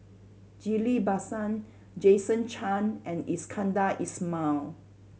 Ghillie Basan Jason Chan and Iskandar Ismail